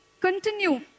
continue